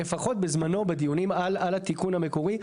לפחות בזמנו בדיונים על התיקון המקורי,